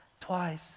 twice